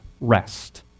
rest